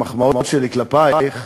המחמאות שלי כלפייך,